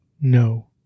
no